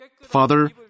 Father